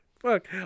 Fuck